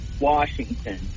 Washington